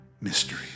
mystery